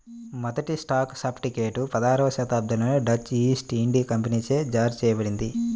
మొదటి stock certificate పదహారవ శతాబ్దంలోనే డచ్ ఈస్ట్ ఇండియా కంపెనీచే జారీ చేయబడింది